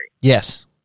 Yes